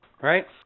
right